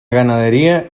ganadería